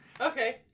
Okay